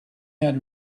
had